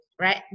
right